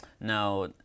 Now